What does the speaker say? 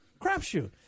Crapshoot